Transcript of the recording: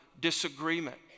disagreement